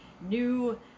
new